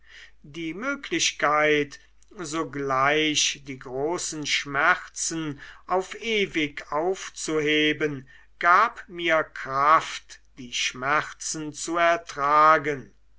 die möglichkeit sogleich die großen schmerzen auf ewig aufzuheben gab mir kraft die schmerzen zu ertragen